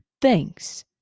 Thanks